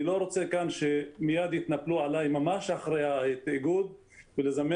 אני לא רוצה כאן שמייד יתנפלו עליי ממש אחרי ההתאגדות ולזמן